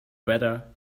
better